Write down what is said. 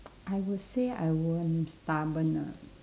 I will say I am stubborn lah